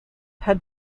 had